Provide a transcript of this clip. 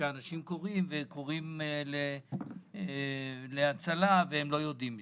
אנשים קוראים להצלה והם לא יודעים מזה.